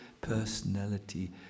personality